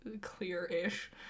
clear-ish